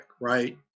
right